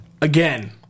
again